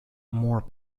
more